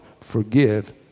forgive